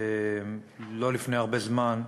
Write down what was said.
לא לפני הרבה זמן,